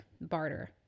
barter